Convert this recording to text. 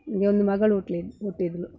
ನನಗೆ ಒಂದು ಮಗಳು ಹುಟ್ಟಿಲಿದ್ದ ಹುಟ್ಟಿದ್ದಳು